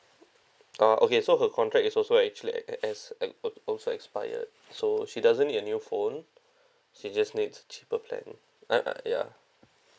ah okay so her contract is also actually as as as like also expired so she doesn't need a new phone she just needs cheaper plan ah uh ya